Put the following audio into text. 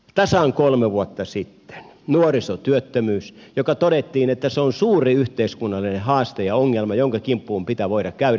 tasan kolme vuotta sitten nuorisotyöttömyyden todettiin olevan suuri yhteiskunnallinen haaste ja ongelma jonka kimppuun pitää voida käydä